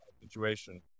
situation